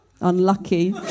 Unlucky